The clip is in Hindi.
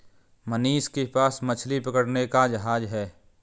मनीष के पास मछली पकड़ने का जहाज है